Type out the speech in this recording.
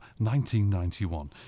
1991